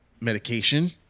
medication